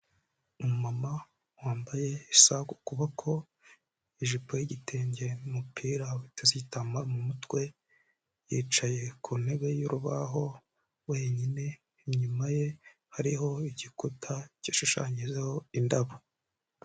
Umumama wambaye isaha ku kuboko, ijipo y'igitenge n'umupira uteze igitambaro mu mutwe, yicaye ku ntebe y'urubaho wenyine, inyuma ye hariho igikuta gishushanyijeho indabo.